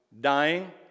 dying